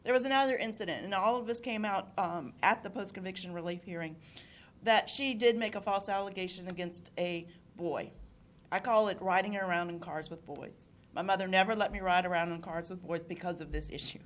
there was another incident and all of this came out at the post conviction relief hearing that she did make a false allegation against a boy i call it riding around in cars with boys my mother never let me ride around in cars with boys because of this issue